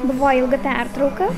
buvo ilga pertrauka